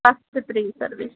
first three service